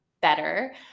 better